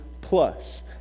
plus